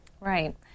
Right